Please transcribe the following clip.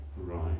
right